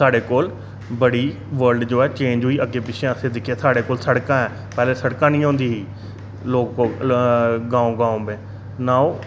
साढ़े कोल बड़ी वर्ल्ड जो ऐ चेंज होई अग्गै पिच्छै असें दिक्खेआ साढ़े कोल सड़कां ऐ पैहलें सड़कां नी होंदी ही गांव गांव में